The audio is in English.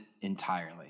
entirely